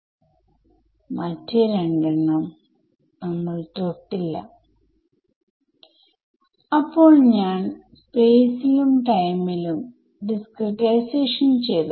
ഇത് ഒരു പുതിയ കാര്യം ആണ് നമ്മൾ ഇത് ഫൈനൈറ്റ് എലമെന്റ് മെത്തോഡുകളിലെ ഇന്റെഗ്രേഷൻ ഇക്വേഷൻ മെത്തോഡുകളിൽ പഠിച്ചിട്ടില്ല